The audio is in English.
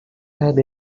had